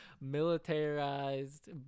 militarized